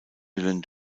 willen